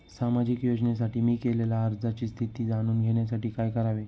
सामाजिक योजनेसाठी मी केलेल्या अर्जाची स्थिती जाणून घेण्यासाठी काय करावे?